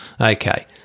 okay